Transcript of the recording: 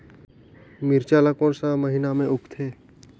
मिरचा ला कोन सा महीन मां उगथे?